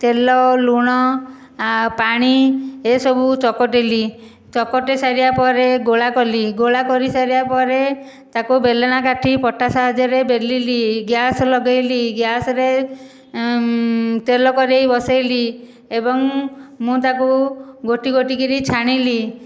ତେଲ ଲୁଣ ଆଉ ପାଣି ଏସବୁ ଚକଟିଲି ଚକଟି ସାରିଲା ପରେ ଗୋଳା କଲି ଗୋଳା କରି ସାରିବା ପରେ ତାକୁ ବେଲଣା କାଠି ପଟା ସାହାଯ୍ୟରେ ବେଲିଲି ଗ୍ୟାସ ଲଗାଇଲି ଗ୍ୟାସରେ ତେଲ କଡ଼େଇ ବସାଇଲି ଏବଂ ମୁଁ ତାକୁ ଗୋଟିଏ ଗୋଟିଏ କରି ଛାଣିଲି